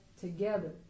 together